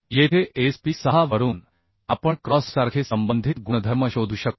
येथे SP 6 वरून आपण क्रॉससारखे संबंधित गुणधर्म शोधू शकतो